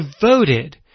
devoted